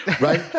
right